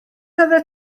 oeddet